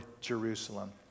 Jerusalem